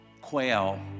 quail